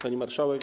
Pani Marszałek!